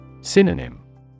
Synonym